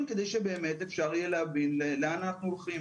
כדי שבאמת אפשר יהיה להבין לאן אנחנו הולכים.